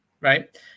right